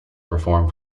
performed